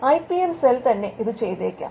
I P M cell തന്നെ ഇത് ചെയ്തേക്കാം